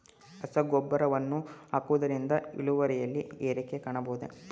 ರಸಗೊಬ್ಬರವನ್ನು ಹಾಕುವುದರಿಂದ ಇಳುವರಿಯಲ್ಲಿ ಏರಿಕೆ ಕಾಣಬಹುದೇ?